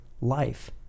life